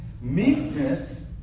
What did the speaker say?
Meekness